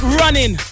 running